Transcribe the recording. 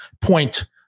point